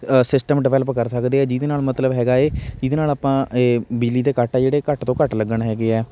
system develop ਕਰ ਸਕਦੇ ਹਾਂ ਜਿਹਦੇ ਨਾਲ ਮਤਲਬ ਹੈਗਾ ਹੈ ਜਿਹਦੇ ਨਾਲ ਆਪਾਂ ਬਿਜਲੀ ਦੇ ਕੱਟ ਹੈ ਜਿਹੜੇ ਘੱਟ ਤੋਂ ਘੱਟ ਲੱਗਣ ਹੈਗੇ ਹੈ